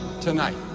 tonight